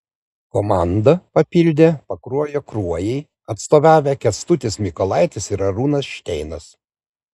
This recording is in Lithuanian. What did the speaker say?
komanda papildė pakruojo kruojai atstovavę kęstutis mykolaitis ir arūnas šteinas